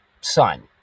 son